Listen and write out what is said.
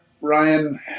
Ryan